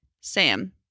Sam